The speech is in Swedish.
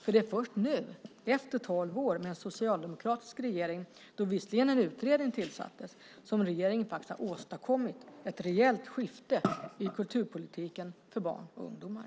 För det är först nu, efter tolv år med en socialdemokratisk regering då visserligen en utredning tillsattes, som regeringen faktiskt har åstadkommit ett reellt skifte i kulturpolitiken för barn och ungdomar.